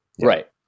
Right